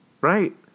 Right